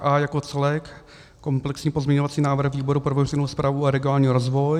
A jako celek, komplexní pozměňovací návrh výboru pro veřejnou správu a regionální rozvoj.